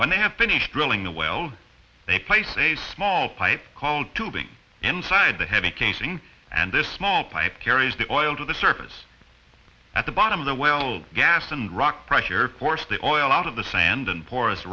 when they have finished drilling the wells they place a small pipe called tubing inside the heavy casing and this small pipe carries the oil to the surface at the bottom of the way old gas and rock pressure force the o l out of the sand and porous